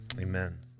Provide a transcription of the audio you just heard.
amen